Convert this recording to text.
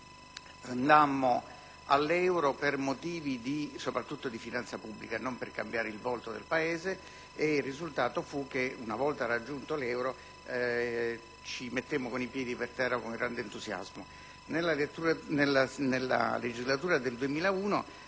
andammo all'euro soprattutto per motivi di finanza pubblica e non per cambiare il volto del Paese, con il risultato che, una volta raggiunto l'euro, ci mettemmo con i piedi per terra con grande entusiasmo. Nella legislatura del 2001